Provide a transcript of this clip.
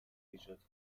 ایجاد